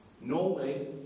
Norway